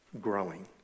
growing